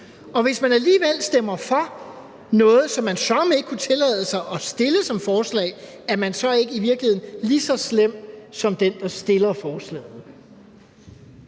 Og hvis man alligevel stemmer for noget, som man søreme ikke kunne tillade sig at stille som forslag, er man så i virkeligheden ikke lige så slem som den, der stiller forslaget?